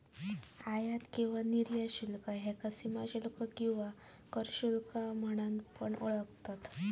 आयात किंवा निर्यात शुल्क ह्याका सीमाशुल्क किंवा कर शुल्क म्हणून पण ओळखतत